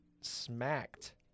smacked